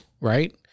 Right